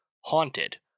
Haunted